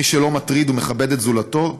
מי שלא מטריד ומכבד את זולתו,